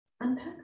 Unpack